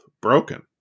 broken